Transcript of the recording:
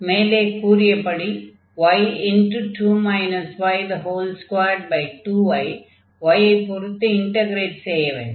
மேலே கூறியபடி y22 ஐ y ஐ பொருத்து இன்டக்ரேட் செய்ய வேண்டும்